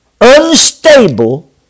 unstable